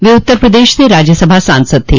वे उत्तर प्रदेश से राज्यसभा सांसद थे